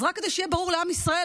אז רק כדי שיהיה ברור לעם ישראל,